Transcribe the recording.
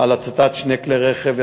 על הצתת שני כלי רכב.